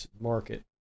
market